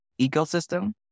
ecosystem